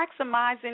maximizing